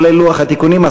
כולל לוח התיקונים.